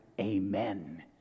amen